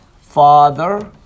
Father